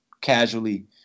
casually